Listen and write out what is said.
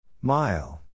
Mile